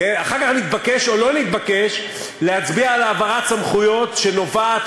אחר כך נתבקש או לא נתבקש להצביע על העברת סמכויות שנובעת